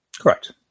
Correct